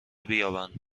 بیابند